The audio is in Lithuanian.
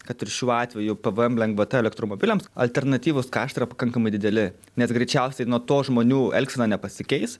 kad ir šiuo atveju pvm lengvata elektromobiliams alternatyvūs kaštai yra pakankamai dideli nes greičiausiai nuo to žmonių elgsena nepasikeis